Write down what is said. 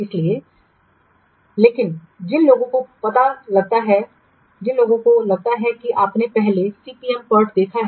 इसलिए लेकिन जिन लोगों को लगता है कि आपने पहले CPM PERT देखा है